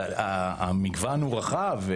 המגוון הוא רחב.